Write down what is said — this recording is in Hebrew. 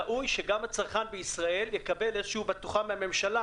ראוי שגם הצרכן בישראל יקבל איזושהי בטוחה מהממשלה